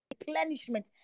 replenishment